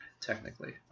Technically